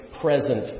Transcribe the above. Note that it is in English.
present